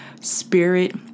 spirit